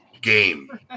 game